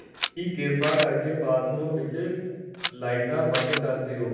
ਕੀ ਕਿਰਪਾ ਕਰਕੇ ਬਾਥਰੂਮ ਵਿੱਚ ਲਾਈਟਾਂ ਬੰਦ ਕਰ ਦਿਓ